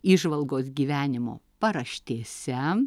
įžvalgos gyvenimo paraštėse